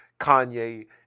Kanye